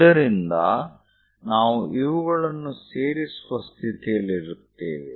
ಇದರಿಂದ ನಾವು ಇವುಗಳನ್ನು ಸೇರಿಸುವ ಸ್ಥಿತಿಯಲ್ಲಿರುತ್ತೇವೆ